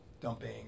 dumping